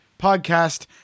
podcast